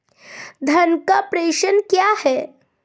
धन का प्रेषण क्या है?